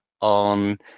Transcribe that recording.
on